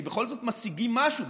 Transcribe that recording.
כי בכל זאת משיגים משהו.